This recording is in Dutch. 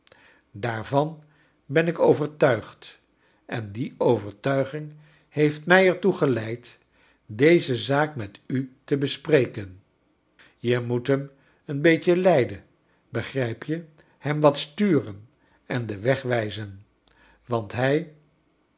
daarvan ben ik overt uigd en die overtuiging heeft mij er toe geleid deze zaak met u te besprekeu je moet hem een beetje leiden begrijp je hem wat sturen en den wcg wijze n want hij